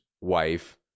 wife